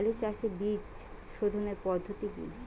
আলু চাষের বীজ সোধনের পদ্ধতি কি?